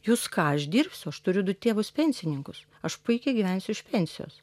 jūs ką aš dirbsiu aš turiu du tėvus pensininkus aš puikiai gyvensiu iš pensijos